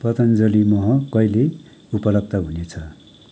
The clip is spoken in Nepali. पतञ्जलि मह कहिले उपलब्ध हुनेछ